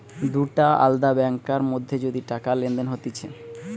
দুটা আলদা ব্যাংকার মধ্যে যদি টাকা লেনদেন হতিছে